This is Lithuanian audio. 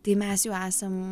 tai mes jau esam